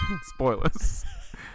spoilers